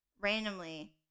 randomly